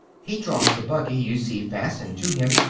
he draws the buggy you see fastened to him,